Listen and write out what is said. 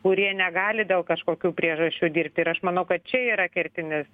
kurie negali dėl kažkokių priežasčių dirbti ir aš manau kad čia yra kertinis